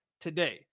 today